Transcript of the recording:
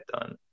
done